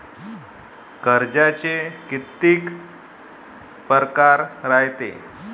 कर्जाचे कितीक परकार रायते?